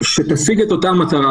שתשיג את אותה מטרה.